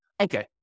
Okay